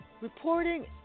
Reporting